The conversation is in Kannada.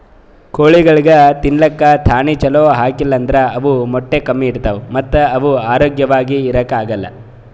ಕೋಳಿಗೊಳಿಗ್ ತಿಲ್ಲಕ್ ದಾಣಿ ಛಲೋ ಹಾಕಿಲ್ ಅಂದ್ರ ಅವ್ ಮೊಟ್ಟೆ ಕಮ್ಮಿ ಇಡ್ತಾವ ಮತ್ತ್ ಅವ್ ಆರೋಗ್ಯವಾಗ್ ಇರಾಕ್ ಆಗಲ್